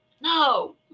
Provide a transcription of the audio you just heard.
No